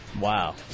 Wow